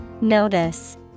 notice